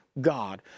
God